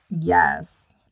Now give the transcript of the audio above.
Yes